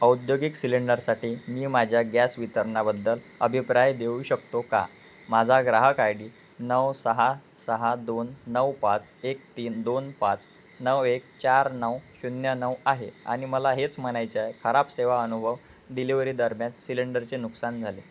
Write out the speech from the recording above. औद्योगिक सिलेंडरसाठी मी माझ्या गॅस वितरणाबद्दल अभिप्राय देऊ शकतो का माझा ग्राहक आय डी नऊ सहा सहा दोन नऊ पाच एक तीन दोन पाच नऊ एक चार नऊ शून्य नऊ आहे आणि मला हेच म्हणायचे खराब सेवा अनुभव डिलिवरी दरम्यान सिलेंडरचे नुकसान झाले